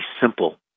simple